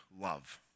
love